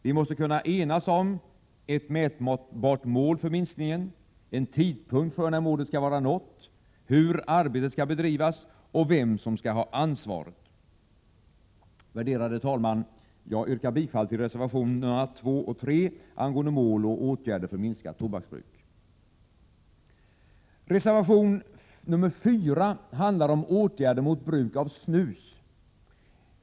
Vi måste kunna enas om ett mätbart mål för minskningen, en tidpunkt för när målet skall vara nått, hur arbetet skall bedrivas och vem som skall ha ansvaret. Fru talman! Jag yrkar bifall till reservationerna 2 och 3 angående mål och åtgärder för minskat tobaksbruk. Reservation 4 handlar om åtgärder mot bruk av snus.